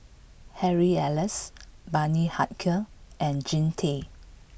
Harry Elias Bani Haykal and Jean Tay